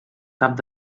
caps